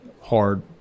hard